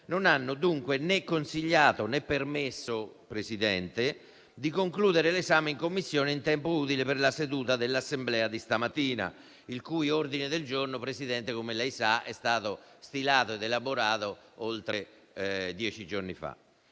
non hanno dunque né consigliato né permesso di concludere l'esame in Commissione in tempo utile per la seduta dell'Assemblea di stamattina, il cui ordine del giorno, Presidente, come lei sa, è stato stilato ed elaborato oltre dieci giorni fa.